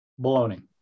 baloney